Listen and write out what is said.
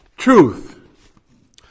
Truth